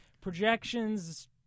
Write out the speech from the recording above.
projections